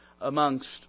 amongst